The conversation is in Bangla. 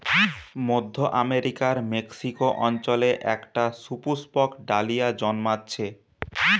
মধ্য আমেরিকার মেক্সিকো অঞ্চলে একটা সুপুষ্পক ডালিয়া জন্মাচ্ছে